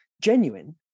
genuine